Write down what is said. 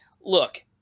Look